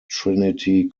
trinity